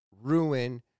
ruin